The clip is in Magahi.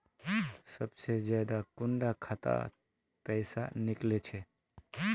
सबसे ज्यादा कुंडा खाता त पैसा निकले छे?